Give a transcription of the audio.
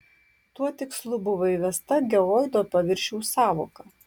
tuo tikslu buvo įvesta geoido paviršiaus sąvoka